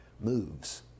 moves